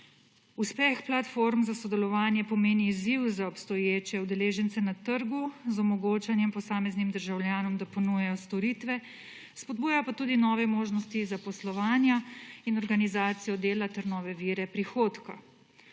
Uspeh platform za sodelovanje pomeni izziv za obstoječe udeležence na trgu z omogočanjem posameznim državljanom, da ponujajo storitve, spodbujajo pa tudi nove možnosti zaposlovanja in organizacijo dela ter nove vire prihodka.